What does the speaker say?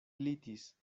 glitis